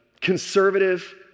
conservative